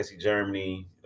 Germany